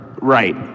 right